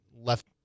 left